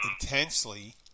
intensely